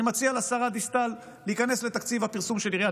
אני מציע לשרה דיסטל להיכנס לתקציב הפרסום של עיריית